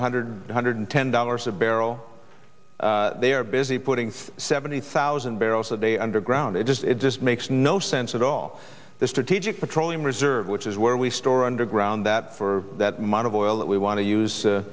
one hundred one hundred ten dollars a barrel they are busy putting seventy thousand barrels a day underground it just it just makes no sense at all the strategic petroleum reserve which is where we store underground that for that mount of oil that we want to use